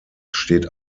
steht